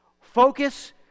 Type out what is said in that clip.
Focus